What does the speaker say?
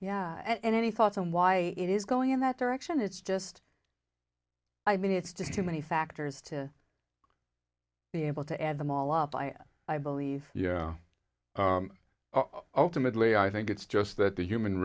yeah and any thoughts on why it is going in that direction it's just i mean it's just too many factors to be able to add them all up i i believe yeah ultimately i think it's just that the human